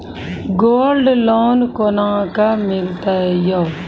Gold loan कोना के मिलते यो?